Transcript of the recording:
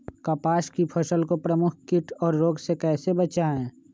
कपास की फसल को प्रमुख कीट और रोग से कैसे बचाएं?